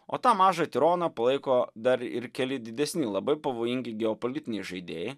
o tą mažą tironą palaiko dar ir keli didesni labai pavojingi geopolitiniai žaidėjai